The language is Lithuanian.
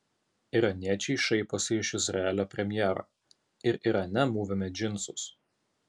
iraniečiai šaiposi iš izraelio premjero ir irane mūvime džinsus